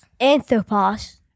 Anthropos